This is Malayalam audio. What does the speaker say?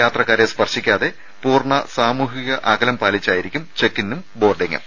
യാത്രക്കാരെ സ്പർശിക്കാതെ പൂർണ സാമൂഹിക അകലം പാലിച്ചായിരിക്കും ചെക്ക് ഇനും ബോർഡിങ്ങും